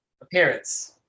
Appearance